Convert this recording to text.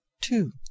two